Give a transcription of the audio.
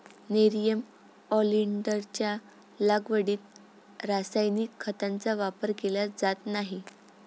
nerium ऑलिंडरच्या लागवडीत रासायनिक खतांचा वापर केला जात नाही